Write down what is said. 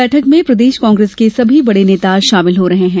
बैठक में प्रदेश कांग्रेस के सभी बड़े नेता शामिल हो रहे हैं